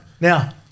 Now